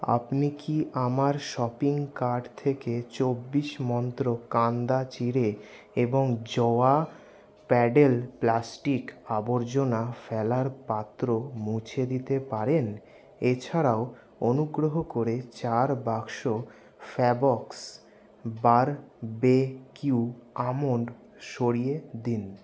আপনি কি আমার শপিং কার্ট থেকে চব্বিশ মন্ত্র কান্দা চিড়ে এবং জোয়ো প্যাডেল প্লাস্টিক আবর্জনা ফেলার পাত্র মুছে দিতে পারেন এছাড়াও অনুগ্রহ করে চার বাক্স ফ্যাববক্স বারবিকিউ আমন্ড সরিয়ে দিন